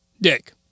dick